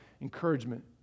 encouragement